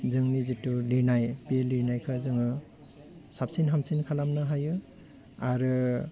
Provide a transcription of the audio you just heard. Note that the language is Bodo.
जोंनि जिथु लिदनाय बे लिरनायखौ जोङो साबसिन हामसिन खालामनो हायो आरो